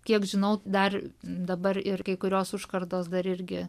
kiek žinau dar dabar ir kai kurios užkardos dar irgi